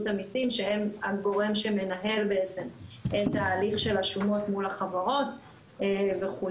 המיסים שהם הגורם שמנהל את ההליך של השומות של החברות וכולי.